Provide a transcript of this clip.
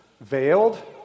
veiled